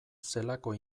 zelako